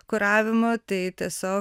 kuravimo tai tiesiog